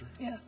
Yes